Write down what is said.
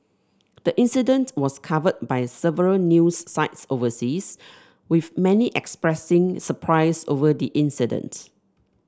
the incident was covered by several news sites overseas with many expressing surprise over the incident